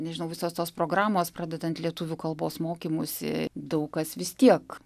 nežinau visos tos programos pradedant lietuvių kalbos mokymusi daug kas vis tiek